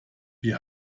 wir